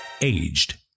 Aged